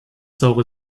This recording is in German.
saure